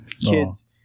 kids